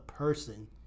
person